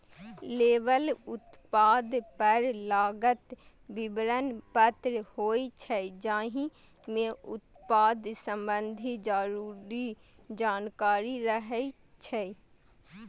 label उत्पाद पर लागल विवरण पत्र होइ छै, जाहि मे उत्पाद संबंधी जरूरी जानकारी रहै छै